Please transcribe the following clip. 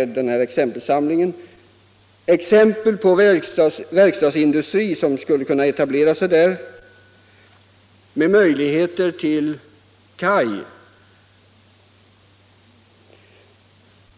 I den nämnda exempelsamlingen skulle man kunna ge exempel på verkstadsindustrier som skulle kunna etablera sig i norra Bohuslän och där ha tillgång till kaj. 3.